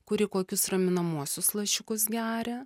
kuri kokius raminamuosius lašiukus geria